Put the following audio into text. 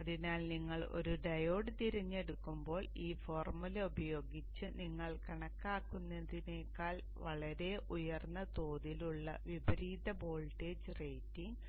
അതിനാൽ നിങ്ങൾ ഒരു ഡയോഡ് തിരഞ്ഞെടുക്കുമ്പോൾ ഈ ഫോർമുല ഉപയോഗിച്ച് നിങ്ങൾ കണക്കാക്കുന്നതിനേക്കാൾ വളരെ ഉയർന്ന തോതിലുള്ള വിപരീത വോൾട്ടേജ് റേറ്റിംഗ്